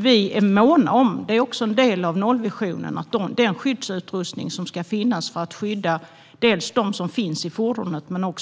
Vi är måna om, och det är en del av nollvisionen, att den skyddsutrustning som ska finnas för att skydda dels dem som finns i fordonet, dels andra,